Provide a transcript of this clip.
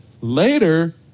Later